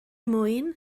mwyn